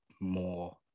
more